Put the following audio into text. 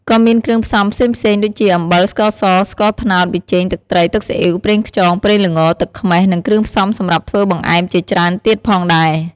ក៏មានគ្រឿងផ្សំផ្សេងៗ ដូចជាអំបិល ស្ករស ស្ករត្នោត ប៊ីចេង ទឹកត្រី ទឹកស៊ីអ៊ីវ ប្រេងខ្យង ប្រេងល្ង ទឹកខ្មេះ និងគ្រឿងផ្សំសម្រាប់ធ្វើបង្អែមជាច្រើនទៀតផងដែរ។